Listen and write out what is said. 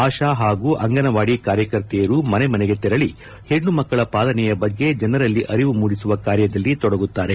ಆಶಾ ಪಾಗೂ ಅಂಗನವಾಡಿ ಕಾರ್ಯಕರ್ತೆಯರು ಮನೆ ಮನೆಗೆ ತೆರಳಿ ಹೆಣ್ಣುಮಕ್ಕಳ ಪಾಲನೆಯ ಬಗ್ಗೆ ಜನರಲ್ಲಿ ಅರಿವು ಮೂಡಿಸುವ ಕಾರ್ಯದಲ್ಲಿ ತೊಡಗುತ್ತಾರೆ